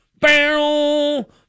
barrel